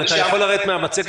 אם אתה יכול לרדת מהמצגת,